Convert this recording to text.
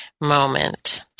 moment